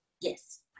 Yes